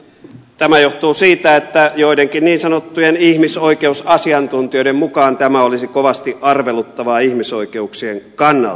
tämä johtuu siitä että joidenkin niin sanottujen ihmisoikeusasiantuntijoiden mukaan tämä olisi kovasti arveluttavaa ihmisoikeuksien kannalta